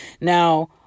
Now